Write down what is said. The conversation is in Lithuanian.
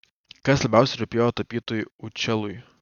kas labiausiai rūpėjo tapytojui učelui